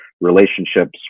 relationships